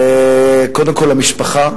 קודם כול למשפחה,